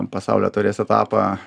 pasaulio taurės etapą